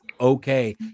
okay